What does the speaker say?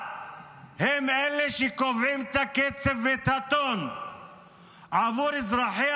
במלחמה הם אלה שקובעים את הקצב ואת הטון עבור אזרחי